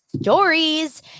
stories